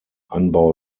anbau